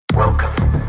Welcome